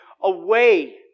away